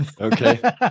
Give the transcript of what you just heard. Okay